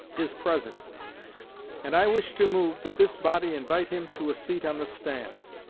is present and i wish to move that this body invite him to a seat on the stand